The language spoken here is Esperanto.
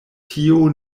tio